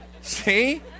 See